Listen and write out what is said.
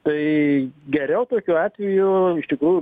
tai geriau tokiu atveju iš tikrųjų